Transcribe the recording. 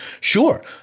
Sure